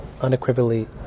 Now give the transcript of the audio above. unequivocally